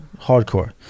Hardcore